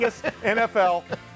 NFL